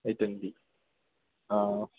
I twenty ആ